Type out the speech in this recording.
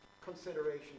consideration